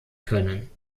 können